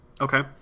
Okay